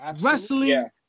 Wrestling